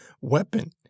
weapon